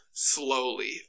Slowly